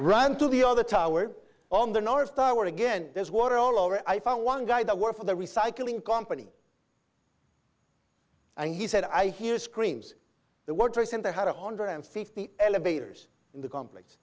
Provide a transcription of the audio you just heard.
ran to the other tower on the north tower again there's water all over i found one guy that works for the recycling company and he said i hear screams the world trade center had a hundred and fifty elevators in the comp